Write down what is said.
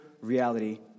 reality